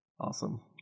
Awesome